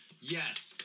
Yes